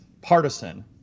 partisan